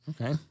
Okay